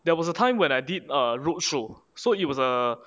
there was a time when I did a roadshow so it was a